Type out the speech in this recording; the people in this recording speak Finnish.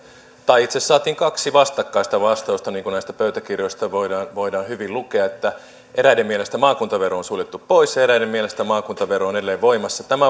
tai itse asiassa saatiin kaksi vastakkaista vastausta niin kuin näistä pöytäkirjoista voidaan voidaan hyvin lukea että eräiden mielestä maakuntavero on suljettu pois ja eräiden mielestä maakuntavero on edelleen voimassa tämä